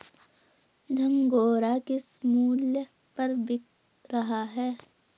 झंगोरा किस मूल्य पर बिक रहा है?